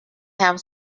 have